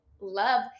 love